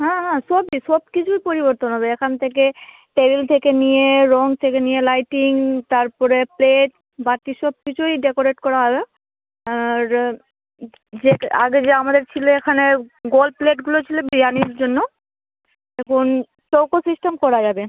হ্যাঁ হ্যাঁ সবই সব কিছুই পরিবর্তন হবে এখান থেকে টেবিল থেকে নিয়ে রঙ থেকে নিয়ে লাইটিং তারপরে প্লেট বাতি সব কিছুই ডেকোরেট করা হবে আর যে আগে যে আমাদের ছিলো এখানে গোল প্লেটগুলো ছিলো বিরিয়ানির জন্য এখন চৌকো সিস্টেম করা যাবে